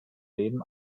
leben